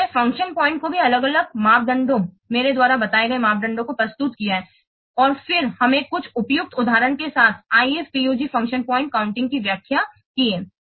फिर हमने function point को भी अलग अलग मापदंडों मेरे द्वारा बताए गए मापदंडों को प्रस्तुत किया है और फिर हमने कुछ उपयुक्त उदाहरणों के साथ IFPUG फ़ंक्शन पॉइंट काउंटिंग की व्याख्या की है